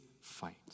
fight